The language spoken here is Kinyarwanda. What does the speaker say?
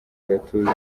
gatuza